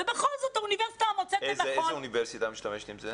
ובכל זאת האוניברסיטה מוצאת לנכון --- איזה אוניברסיטה משתמשת בזה?